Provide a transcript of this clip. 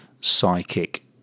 psychic